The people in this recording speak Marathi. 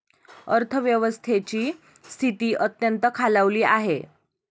अर्थव्यवस्थेची स्थिती अत्यंत खालावली आहे